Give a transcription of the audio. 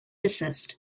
desist